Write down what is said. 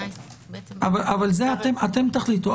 אתם תחליטו.